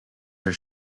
are